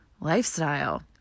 lifestyle